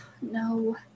no